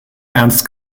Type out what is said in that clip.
ernst